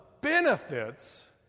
benefits